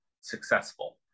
successful